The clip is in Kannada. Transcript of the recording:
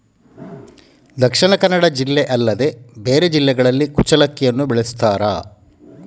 ದಕ್ಷಿಣ ಕನ್ನಡ ಜಿಲ್ಲೆ ಅಲ್ಲದೆ ಬೇರೆ ಜಿಲ್ಲೆಗಳಲ್ಲಿ ಕುಚ್ಚಲಕ್ಕಿಯನ್ನು ಬೆಳೆಸುತ್ತಾರಾ?